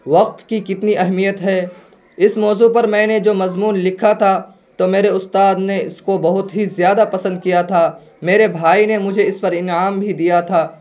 وقت کی کتنی اہمیت ہے اس موضوع پر میں نے جو مضمون لکھا تھا تو میرے استاد نے اس کو بہت ہی زیادہ پسند کیا تھا میرے بھائی نے مجھے اس پر انعام بھی دیا تھا